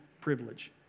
privilege